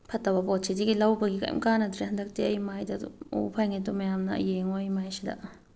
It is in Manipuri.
ꯐꯠꯇꯕ ꯄꯣꯠꯁꯤꯗꯤ ꯂꯧꯕꯒꯤ ꯀꯔꯤꯝ ꯀꯥꯟꯅꯗ꯭ꯔꯦ ꯍꯟꯗꯛꯇꯤ ꯑꯩ ꯃꯥꯏꯗ ꯑꯗꯨꯝ ꯎꯕ ꯐꯪꯉꯦ ꯑꯗꯨꯝ ꯃꯌꯥꯝꯅ ꯌꯦꯡꯉꯣ ꯑꯩ ꯃꯥꯏꯁꯤꯗ